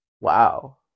Wow